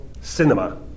cinema